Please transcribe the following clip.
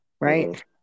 right